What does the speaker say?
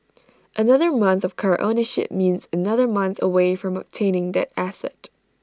another month of car ownership means another month away from obtaining that asset